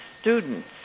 Students